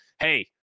hey